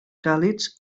càlids